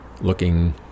looking